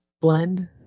blend